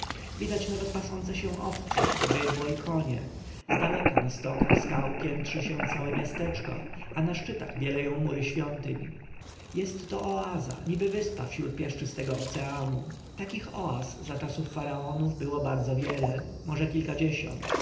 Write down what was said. widać nawet pasące się owce bydło i konie zdaleka na stokach skał piętrzy się całe miasteczko a na szczytach bieleją mury świątyń jest to oaza niby wyspa wśród piaszczystego oceanu takich oaz za czasu faraonów było bardzo wiele może kilkadziesiąt